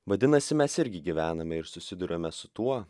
vadinasi mes irgi gyvename ir susiduriame su tuo